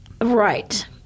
Right